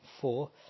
four